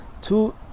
Two